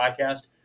podcast